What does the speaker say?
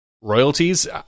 royalties